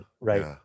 right